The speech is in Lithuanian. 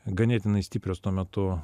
ganėtinai stiprios tuo metu